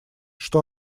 что